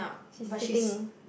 she's sitting